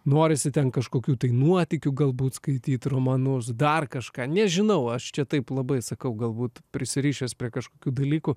norisi ten kažkokių tai nuotykių galbūt skaityt romanus dar kažką nežinau aš čia taip labai sakau galbūt prisirišęs prie kažkokių dalykų